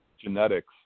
genetics